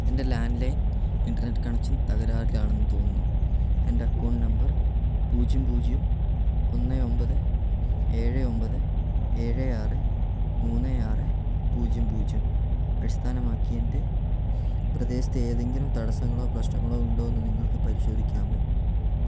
എൻ്റെ landline internet connection തകരാറിലാണെന്ന് തോന്നുന്നു എൻ്റെ അക്കൗണ്ട് നമ്പർ പൂജ്യം പൂജ്യം ഒന്ന് ഒമ്പത് ഏഴ് ഒമ്പത് ഏഴ് ആറ് മൂന്ന് ആറ് പൂജ്യം പൂജ്യം അടിസ്ഥാനമാക്കി എൻ്റെ പ്രദേശത്തെ ഏതെങ്കിലും തടസ്സങ്ങളോ പ്രശ്നങ്ങളോ ഉണ്ടോ എന്ന് നിങ്ങൾക്ക് പരിശോധിക്കാമോ